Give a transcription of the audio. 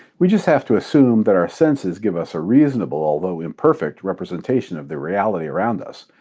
we just have to assume that our senses give us a reasonable, although imperfect, representation of the reality around us.